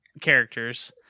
characters